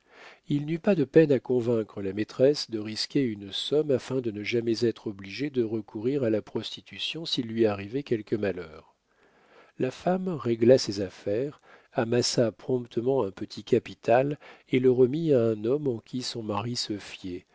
il n'eut pas de peine à convaincre la maîtresse de risquer une somme afin de ne jamais être obligée de recourir à la prostitution s'il lui arrivait quelque malheur la femme régla ses affaires amassa promptement un petit capital et le remit à un homme en qui son mari se fiait